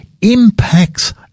impacts